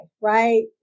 right